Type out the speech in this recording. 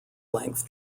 length